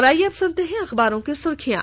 और आईये अब सुनते हैं अखबारों की सुर्खियां